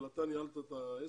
אבל אתה ניהלת את העסק.